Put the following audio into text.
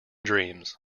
dreams